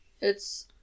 It's-